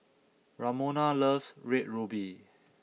Ramona loves red ruby